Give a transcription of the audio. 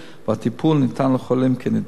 והטיפול ניתן לחולים כנדרש,